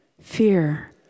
Fear